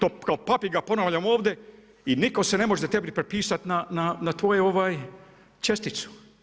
To kao papiga ponavljam ovdje i nitko se ne može tebi prepisat na tvoju šesticu.